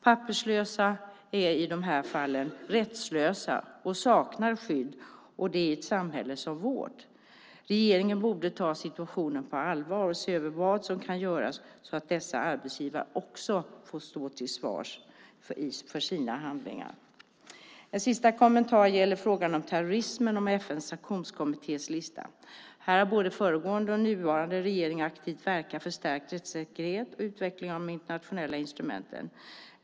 Papperslösa är i de här fallen rättslösa och saknar skydd, och det i ett samhälle som vårt. Regeringen borde ta situationen på allvar och se över vad som kan göras så att dessa arbetsgivare också får stå till svars för sina handlingar. Min sista kommentar gäller frågan om terrorismen och FN:s sanktionskommittés lista. Här har både föregående och nuvarande regering aktivt verkat för stärkt rättssäkerhet och utveckling av de internationella instrumenten.